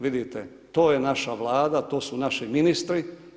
Vidite to je naša vlada, to su naši ministri.